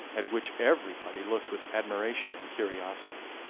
at which everybody looked with admiration and curiosity.